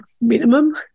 Minimum